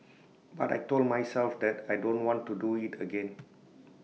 but I Told myself that I don't want to do IT again